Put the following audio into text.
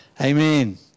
Amen